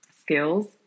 skills